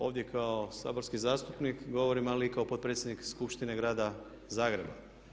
Ovdje kao saborski zastupnik govorim ali i kao potpredsjednik Skupštine Grada Zagreba.